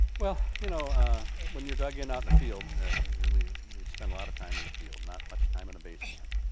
well, you know when you're dug in out in the field and we we spent a lot of time in the field, not much time in a base camp.